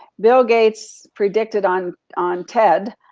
bill gates predicted on on ted,